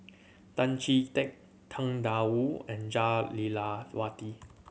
Tan Chee Teck Tang Da Wu and Jah Lelawati